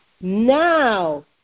Now